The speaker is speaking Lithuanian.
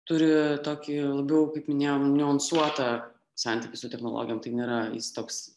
turi tokį labiau kaip minėjom niuansuotą santykį su technologijom tai nėra jis toks